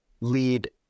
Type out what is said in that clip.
lead